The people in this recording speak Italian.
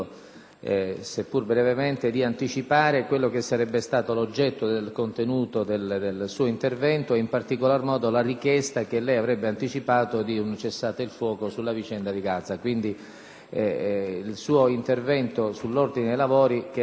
seppur brevemente, di anticipare quello che sarebbe stato l'oggetto del suo intervento, in particolar modo la richiesta - che lei avrebbe fatto - di un cessate il fuoco sulla vicenda di Gaza. Quindi, il suo intervento sull'ordine dei lavori non